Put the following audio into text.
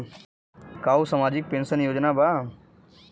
का उ सामाजिक पेंशन योजना बा?